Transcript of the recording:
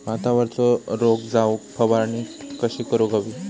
भातावरचो रोग जाऊक फवारणी कशी करूक हवी?